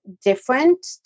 different